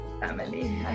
Family